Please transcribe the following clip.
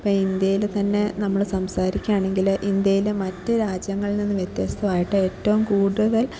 ഇപ്പം ഇന്ത്യയിൽ തന്നെ നമ്മൾ സംസാരിക്കുകയാണെങ്കിൽ ഇന്ത്യയിൽ മറ്റു രാജ്യങ്ങളിൽ നിന്ന് വ്യത്യസ്തമായിട്ട് ഏറ്റവും കൂടുതൽ